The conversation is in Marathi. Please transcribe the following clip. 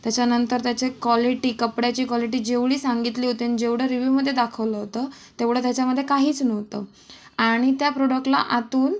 त्याच्यानंतर त्याचे क्वालिटी कपड्याची क्वालिटी जेवढी सांगितली होती आणि जेवढं रिव्ह्यूमध्ये दाखवलं होतं तेवढं त्याच्यामध्ये काहीच नव्हतं आणि त्या प्रोडक्टला आतून